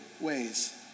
ways